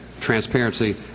transparency